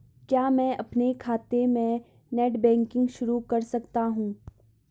क्या मैं अपने खाते में नेट बैंकिंग शुरू कर सकता हूँ?